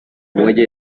muelle